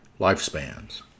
lifespans